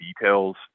details